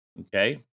Okay